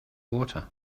water